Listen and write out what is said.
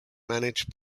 managed